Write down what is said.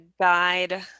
guide